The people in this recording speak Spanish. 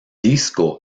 disco